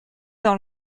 dans